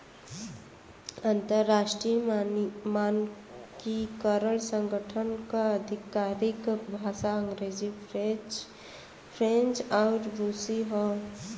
अंतर्राष्ट्रीय मानकीकरण संगठन क आधिकारिक भाषा अंग्रेजी फ्रेंच आउर रुसी हौ